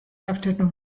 afternoon